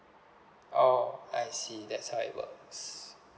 oh I see that's how it works